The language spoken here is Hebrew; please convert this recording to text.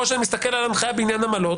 או שאני מסתכל על הנחיה בעניין עמלות,